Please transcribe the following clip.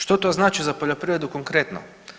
Što to znači za poljoprivredu konkretno?